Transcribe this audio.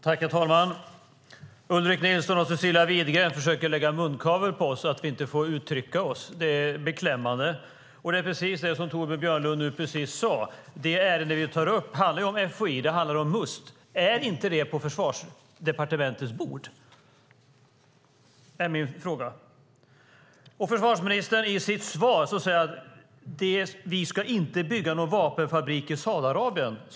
Herr talman! Ulrik Nilsson och Cecilia Widegren försöker lägga munkavle på oss så att vi inte ska få uttrycka oss. Det är beklämmande. Det är precis som Torbjörn Björlund just sade: Det ärende vi tar upp handlar om FOI, och det handlar om Must. Är inte det på Försvarsdepartementets bord? Det är min fråga. I sitt svar säger försvarsministern att vi inte ska bygga någon vapenfabrik i Saudiarabien.